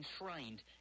enshrined